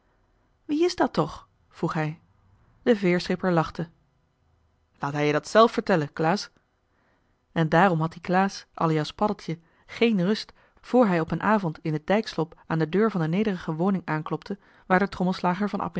wie is dat toch vroeg hij de veerschipper lachte laat hij je dat zelf vertellen klaas en daarom had die klaas alias paddeltje géén rust voor hij op een avond in het dijkslop aan de deur van de nederige woning aanklopte waar de trommelslager van